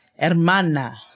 Hermana